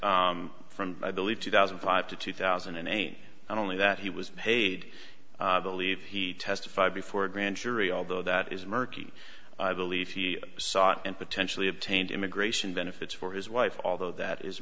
years from i believe two thousand and five to two thousand and eight and only that he was paid to leave he testified before a grand jury although that is murky i believe he sought and potentially obtained immigration benefits for his wife although that is